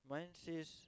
mine says